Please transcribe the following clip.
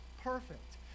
perfect